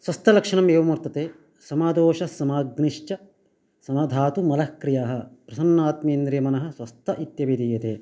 स्वस्थलक्षणम् एवं वर्तते समादोषस्समाग्निश्च समधातु मलः क्रियः प्रसन्नात्मेन्द्रियमनः स्वस्थ इत्यभिधीयते